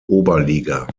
oberliga